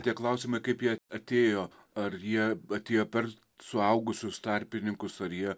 tie klausimai kaip jie atėjo ar jie atėjo per suaugusius tarpininkus ar jie